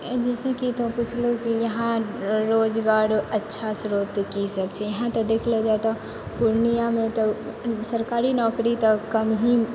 जैसे कि अहाँ पुछलहुँ कि यहाँ रोजगारके अच्छा श्रोत कि सब छै यहाँ तऽ देखलो जाइ तऽ पूर्णियामे तऽ सरकारी नौकरी तऽ कम ही